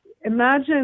imagine